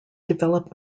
develop